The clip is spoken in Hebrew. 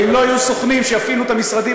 ואם לא יהיו סוכנים שיפעילו את המשרדים